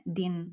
din